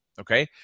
okay